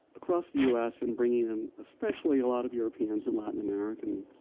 across the us. and bringing in especially a lot of europeans and latin americans